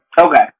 Okay